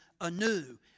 anew